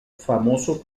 famoso